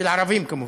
של ערבים, כמובן.